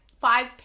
five